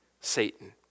Satan